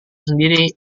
sendiri